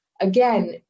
Again